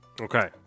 Okay